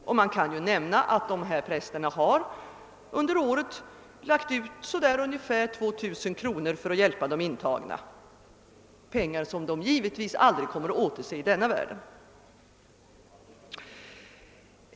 Det kan nämnas att de här prästerna under året lagt ut ungefär 2000 kronor för att hjälpa de intagna, och det är givetvis pengar som de aldrig kommer att återse i denna världen.